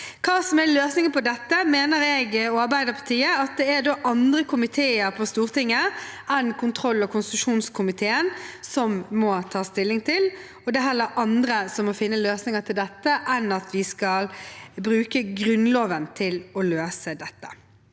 Hva som er løsningen på dette, mener jeg og Arbeiderpartiet at det er andre komiteer på Stortinget enn kontroll- og konstitusjonskomiteen som må ta stilling til. Det er heller andre som må finne løsninger på dette, enn at vi skal bruke Grunnloven til å løse det.